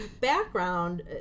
background